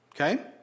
Okay